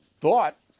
thought